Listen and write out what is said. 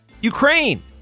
Ukraine